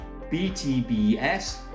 BTBS